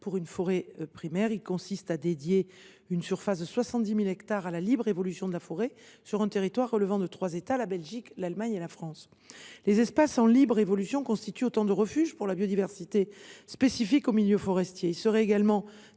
pour la forêt primaire. Il consiste à dédier une surface de 70 000 hectares à la libre évolution de la forêt sur un territoire relevant de trois États : la Belgique, l’Allemagne et la France. Les espaces en libre évolution constituent autant de refuges pour la biodiversité spécifique aux milieux forestiers. Ils sont également